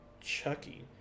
Chucky